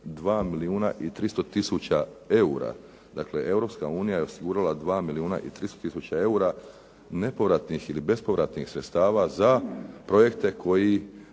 2 milijuna i 300 tisuća eura. Dakle, Europska unija je osigurala 2 milijuna i 300 tisuća eura nepovratnih ili bespovratnih sredstava za projekte koji